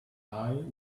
eye